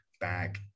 back